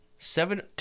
Seven